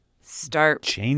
start